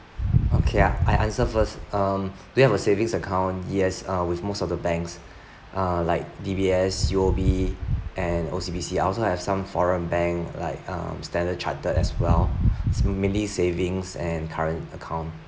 okay ah I answer first um do I have a savings account yes uh with most of the banks uh like D_B_S U_O_B and O_C_B_C I also have some foreign bank like um standard chartered as well it's merely savings and current account